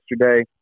yesterday